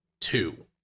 two